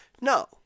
No